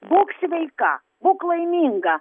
būk sveika būk laiminga